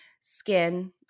Skin